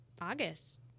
August